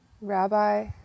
rabbi